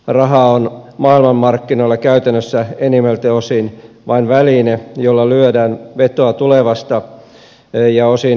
raha on maailmanmarkkinoilla käytännössä enimmiltä osin vain väline jolla lyödään vetoa tulevasta ja osin nykyisestäkin